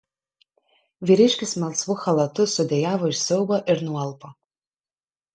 vyriškis melsvu chalatu sudejavo iš siaubo ir nualpo